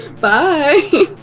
bye